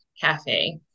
Cafe